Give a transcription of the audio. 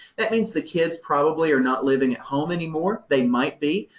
that means the kids probably are not living at home anymore. they might be.